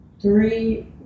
Three